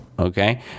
Okay